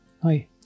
Hi